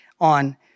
on